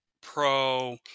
pro